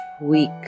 week